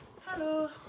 Hello